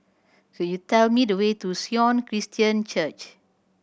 could you tell me the way to Sion Christian Church